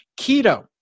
Keto